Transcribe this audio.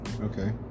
Okay